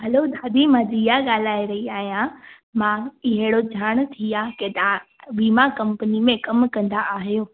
हलो दादी मां दिया ॻाल्हाए रही आहियां मां इहो ॼाण थी आहे की तव्हां विमा कंपनी में कमु कंदा आहियो